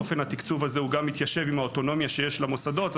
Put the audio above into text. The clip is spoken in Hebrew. אופן התקצוב הזה מתיישב גם עם האוטונומיה שיש למוסדות.